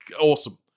awesome